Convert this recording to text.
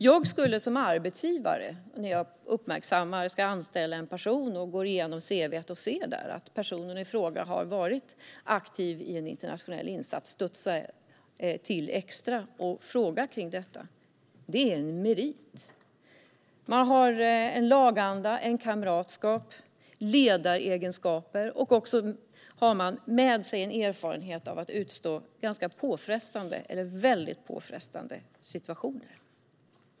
Jag skulle som arbetsgivare, när jag ska anställa en person och går igenom personens cv, studsa till extra när jag ser att personen i fråga har varit aktiv i en internationell insats, och jag skulle fråga kring detta. Det är en merit. Dessa personer har en laganda, kamratskap och ledaregenskaper. De har också en erfarenhet av att utstå ganska påfrestande eller väldigt påfrestande situationer.